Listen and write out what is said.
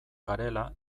garela